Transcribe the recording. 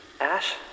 Ash